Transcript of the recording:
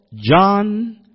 John